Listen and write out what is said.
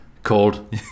called